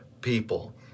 people